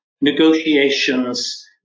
negotiations